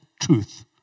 truth